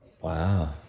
Wow